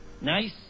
Nice